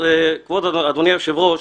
אדוני היושב-ראש,